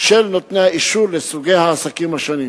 של נותני האישור לסוגי העסקים השונים.